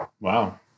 Wow